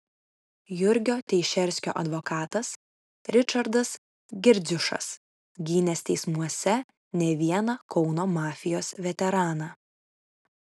jurgio teišerskio advokatas ričardas girdziušas gynęs teismuose ne vieną kauno mafijos veteraną